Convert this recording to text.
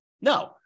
No